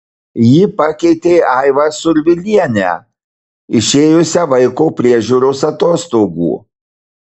ji pakeitė aivą survilienę išėjusią vaiko priežiūros atostogų